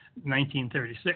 1936